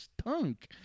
stunk